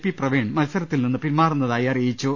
P Praveen മത്സരത്തിൽനിന്ന് പിന്മാറുന്നതായി അറിയിച്ചു